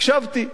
הקשבתי.